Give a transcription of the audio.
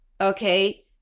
okay